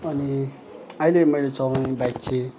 अनि अहिले मैले चलाउने बाइक चाहिँ